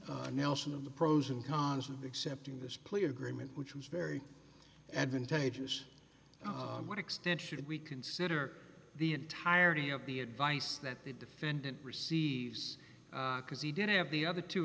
advise nelson of the pros and cons of accepting this plea agreement which was very advantageous what extent should we consider the entirety of the advice that the defendant receives because he did have the other two